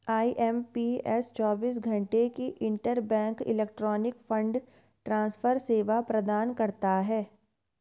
IMPS चौबीस घंटे की इंटरबैंक इलेक्ट्रॉनिक फंड ट्रांसफर सेवा प्रदान करता है